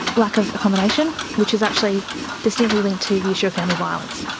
lack of accommodation, which is actually distinctly linked to the issue of family violence.